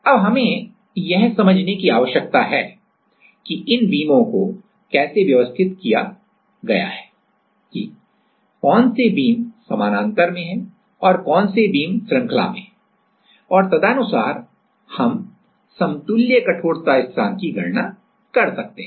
अब हमें यह समझने की आवश्यकता है कि इन बीमों को कैसे व्यवस्थित किया गया है कि कौन से बीम समानांतर में हैं और कौन से बीम श्रृंखला में हैं और तदनुसार हम समतुल्य कठोरता स्थिरांक की गणना कर सकते हैं